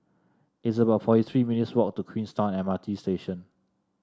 it's about forty three minutes' walk to Queenstown M R T Station